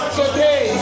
today